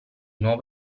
nuovo